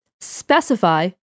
specify